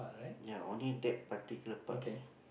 ya only that particular part only